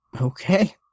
Okay